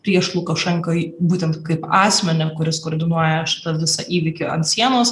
prieš lukašenkai būtent kaip asmenį kuris koordinuoja šitą visą įvykį ant sienos